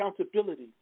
accountability